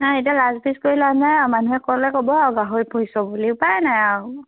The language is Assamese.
নাই এতিয়া লাজ পিচ কৰি লোৱা নাই আৰু মানুহে ক'লে ক'ব আৰু গাহৰি পুহিছ বুলি উপায় নাই আৰু